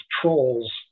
trolls